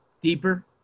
deeper